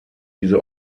diese